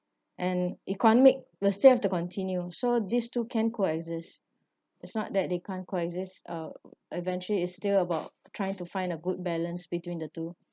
and economic will still have to continue so these two can coexist it's not that they can't coexist uh eventually it's still about trying to find a good balance between the two